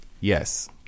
yes